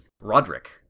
Roderick